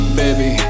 baby